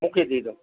મૂકી દીધો